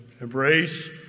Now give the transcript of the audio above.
embrace